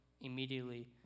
immediately